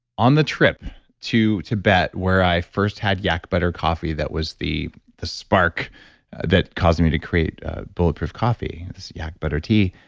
on the trip tibet where i first had yak butter coffee, that was the the spark that caused me to create bulletproof coffee, this yak butter tea.